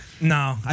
No